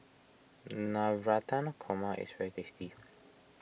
Navratan Korma is very tasty